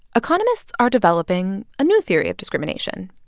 economists are developing a new theory of discrimination.